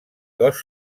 cos